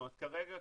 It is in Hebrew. כרגע,